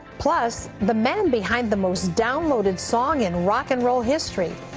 plus, the man behind the most downloaded song in rock and roll history.